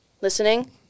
listening